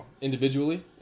individually